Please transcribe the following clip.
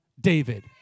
David